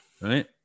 right